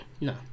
No